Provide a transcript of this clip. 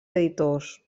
editors